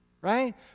Right